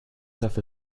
dafür